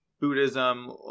buddhism